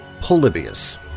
Polybius